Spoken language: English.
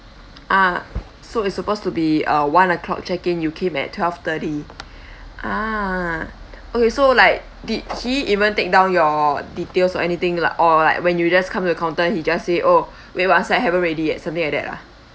ah so it's supposed to be uh one o'clock check in you came at twelve thirty ah okay so like did he even take down your details or anything li~ or like when you just come to the counter he just say oh wait one sec haven't ready yet something like that ah